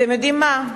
אתם יודעים מה?